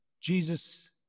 Jesus